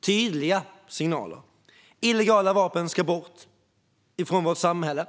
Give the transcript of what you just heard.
tydliga signaler. Illegala vapen ska bort från vårt samhälle.